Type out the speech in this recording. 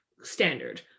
standard